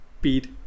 beat